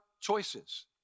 choices